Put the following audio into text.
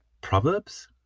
proverbs